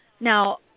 Now